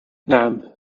نعم